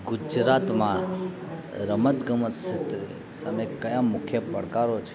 ગુજરાતમાં રમત ગમત ક્ષેત્રે સામે કયા મુખ્ય પડકારો છે